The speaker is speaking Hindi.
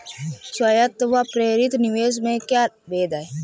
स्वायत्त व प्रेरित निवेश में क्या भेद है?